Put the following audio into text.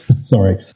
Sorry